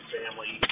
family